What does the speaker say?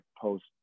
post